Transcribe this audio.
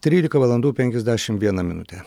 trylika valandų penkiasdešimt viena minutė